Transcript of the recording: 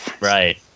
Right